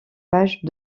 pages